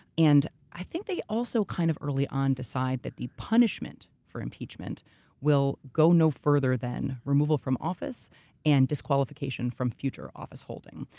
and i think they also kind of early on decide that the punishment for impeachment will go no further than removal from office and disqualification from future office holding.